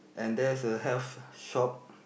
and there is a health shop